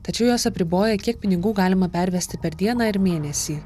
tačiau jos apriboja kiek pinigų galima pervesti per dieną ar mėnesį